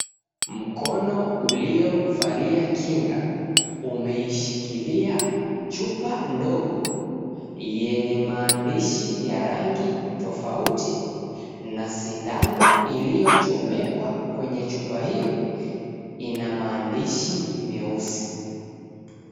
Mkono uliovalia kinga umeishikilia chupa ndogo yenye maandishi ya rangi tofauti na sindano iliyochomekwa kwenye chupa hio ina maandishi meusi.